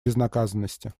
безнаказанности